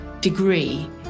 degree